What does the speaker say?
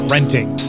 Renting